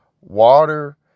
water